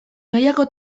mailako